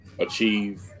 achieve